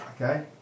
Okay